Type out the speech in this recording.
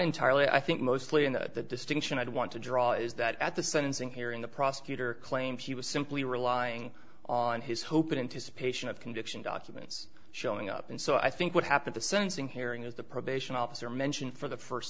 entirely i think mostly in the distinction i do want to draw is that at the sentencing hearing the prosecutor claimed he was simply relying on his hope into space and of conviction documents showing up and so i think what happened the sentencing hearing was the probation officer mention for the first